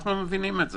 אנו מבינים את זה.